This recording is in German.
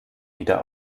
wieder